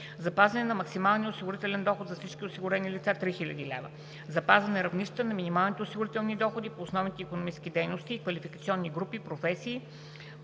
запазване на максималния осигурителен доход за всички осигурени лица на 3000 лв.; - запазване равнищата на минималните осигурителни доходи по основните икономически дейности и квалификационни групи професии,